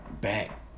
back